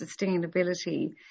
sustainability